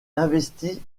investit